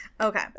Okay